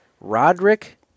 Roderick